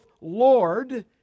Lord